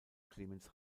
clemens